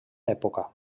època